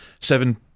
seven